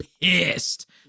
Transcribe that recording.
pissed